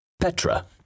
Petra